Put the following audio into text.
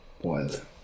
Wild